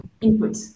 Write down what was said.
input